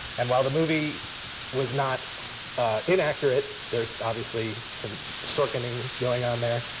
and while the movie was not inaccurate, there's obviously some sorkin-ing going on there